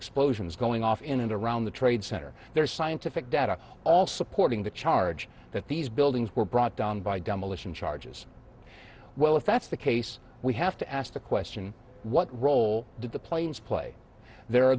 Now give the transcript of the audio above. explosions going off in and around the trade center there is scientific data all supporting the charge that these buildings were brought down by demolition charges well if that's the case we have to ask the question what role did the planes play there are